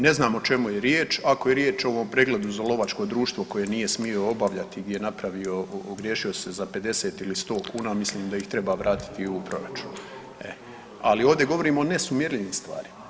Ne znam o čemu je riječ, ako je riječ o pregledu za lovačko društvo koje nije smio obavljati gdje je napravio, ogriješio se za 50 ili 100 kn, mislim da ih treba vratiti u proračun, ali ovdje govorimo o nesumjerljivim stvarima.